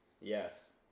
Yes